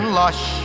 lush